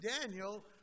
Daniel